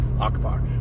Akbar